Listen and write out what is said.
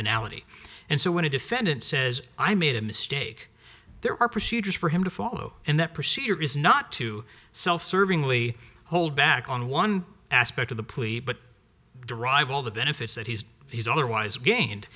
finale and so when a defendant says i made a mistake there are procedures for him to follow and that procedure is not to self serving lee hold back on one aspect of the plea but derive all the benefits that he's he's otherwise gained